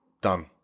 done